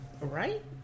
Right